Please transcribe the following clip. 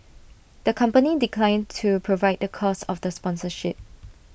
the company declined to provide the cost of the sponsorship